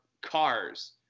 cars